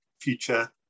future